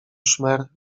szmer